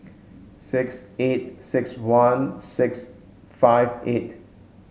six eight six one six five eight